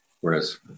Whereas